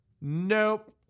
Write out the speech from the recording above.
Nope